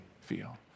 feel